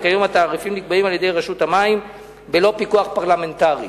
וכיום התעריפים נקבעים על-ידי רשות המים בלא פיקוח פרלמנטרי.